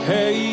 Hey